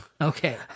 okay